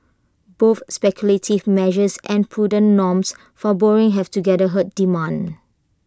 both speculative measures and prudent norms for borrowing have together hurt demand